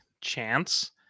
chance